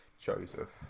Joseph